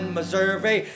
Missouri